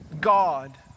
God